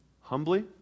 humbly